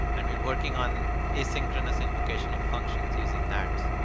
and we're working on asynchronous invocation of functions using that.